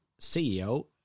CEO